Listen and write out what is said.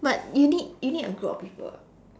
but you need you need a group of people